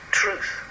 truth